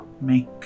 make